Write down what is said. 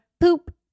poop